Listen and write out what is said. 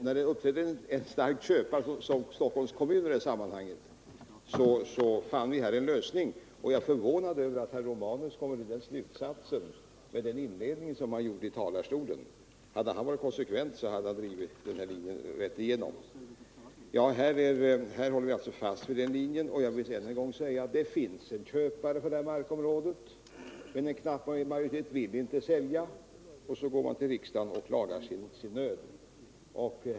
När det uppträdde en så stark köpare som Stockholms kommun fann vi en lösning. Jag är förvånad över de slutsatser som herr Romanus kom fram till efter den inledning han hade. Om han varit konsekvent hade han dragit sin linje rätt igenom. Det finns alltså en köpare till det här markområdet. Men en knapp majoritet vill inte sälja, och så klagar man sin nöd hos riksdagen.